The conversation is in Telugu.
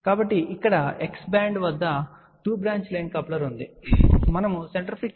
కాబట్టి ఇక్కడ x బ్యాండ్ వద్ద టు బ్రాంచ్ లైన్ కప్లర్ ఉంది మనము సెంటర్ ఫ్రీక్వెన్సీని 9